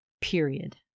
period